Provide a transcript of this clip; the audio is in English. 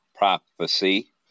prophecy